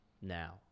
now